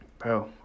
Bro